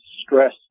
stress